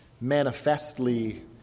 manifestly